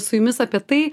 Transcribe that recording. su jumis apie tai